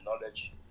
knowledge